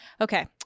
okay